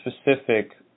specific